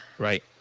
Right